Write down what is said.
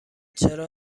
چرا